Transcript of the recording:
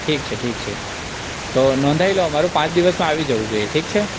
ઠીક છે ઠીક છે તો નોંધાવી લો અમારું પાંચ દિવસમાં આવી જાઉં જોઈએ ઠીક છે